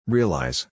Realize